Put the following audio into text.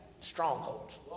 strongholds